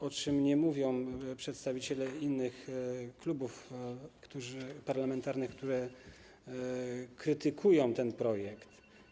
O czym nie mówią przedstawiciele innych klubów parlamentarnych, które krytykują ten projekt?